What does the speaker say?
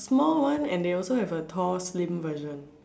small one and they also have a tall slim version